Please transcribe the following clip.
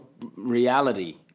reality